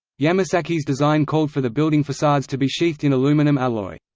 yamasaki's design called for the building facades to be sheathed in aluminum-alloy.